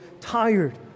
tired